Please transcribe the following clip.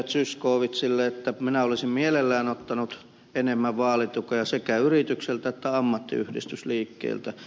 zyskowiczille että minä olisin mielelläni ottanut enemmän vaalitukea sekä yritykseltä että ammattiyhdistysliikkeeltä